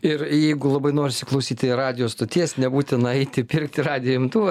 ir jeigu labai norisi klausyti radijo stoties nebūtina eiti pirkti radijo imtuvą